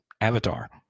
avatar